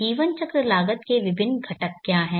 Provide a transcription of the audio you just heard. जीवन चक्र लागत के विभिन्न घटक क्या हैं